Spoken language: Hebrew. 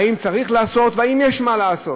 האם צריך לעשות והאם יש מה לעשות.